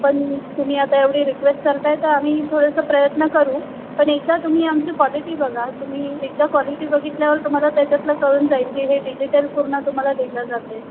पण तुम्ही आता एवढी रिक्वेस्ट करताय तर आम्ही थोडंसं प्रयत्न करू पण एकदा तुम्ही आमची क्वालिटी बघा तुम्ही एकदा क्वालिटी बघितल्यावर तुम्हाला त्याच्यातलं कळून जाईल की हे डिजिटल पूर्ण तुम्हाला दिलं जात आहे